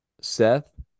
Seth